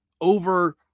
over